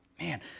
Man